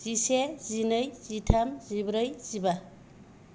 जिसे जिनै जिथाम जिब्रै जिबा